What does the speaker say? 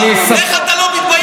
איך אתה לא מתבייש?